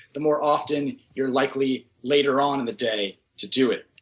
the more often you are likely later on in the day to do it.